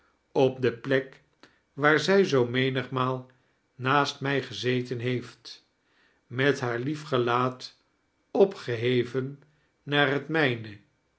op de pick waar zij zoo menigmaal naast mij gezeten heeft met haar lief gelaat opgeheven naar het mijne